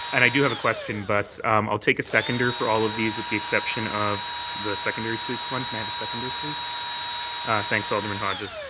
and i do have a question but i'll take a seconder for all of these with the exception of the secondary suites one. can i have a seconder? thanks, alderman hodges.